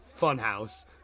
funhouse